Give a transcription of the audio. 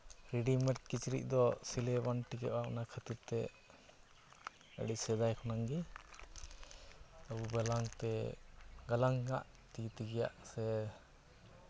readymade ᱠᱤᱪᱨᱤᱡᱽ ᱫᱚ ᱥᱤᱞᱟᱹᱭ ᱦᱚᱸ ᱵᱟᱝ ᱴᱤᱠᱟᱹᱜᱼᱟ ᱚᱱᱟ ᱠᱷᱟᱹᱛᱤᱨ ᱛᱮ ᱟᱹᱰᱤ ᱥᱮᱫᱟᱭ ᱠᱷᱚᱱᱟᱜ ᱜᱮ ᱟᱵᱚ ᱜᱟᱞᱟᱝᱛᱮ ᱜᱟᱞᱟᱝᱟᱜ ᱛᱤ ᱛᱮᱭᱟᱜ ᱥᱮ